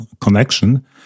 connection